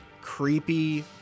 creepy